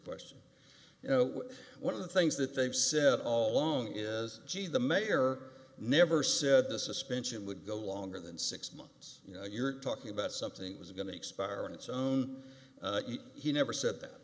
question you know one of the things that they've said all along is gee the mayor never said the suspension would go longer than six months you're talking about something was going to expire on its own he never said that